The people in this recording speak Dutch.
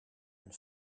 een